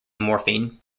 morphine